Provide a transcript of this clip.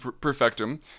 Perfectum